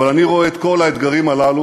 אבל, אני רואה את כל האתגרים הללו,